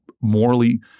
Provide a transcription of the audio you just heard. morally